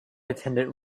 attendant